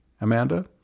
Amanda